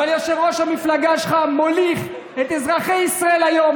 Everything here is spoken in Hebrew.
אבל יושב-ראש המפלגה שלך מוליך את אזרחי ישראל היום,